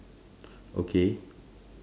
okay